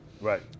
Right